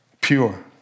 pure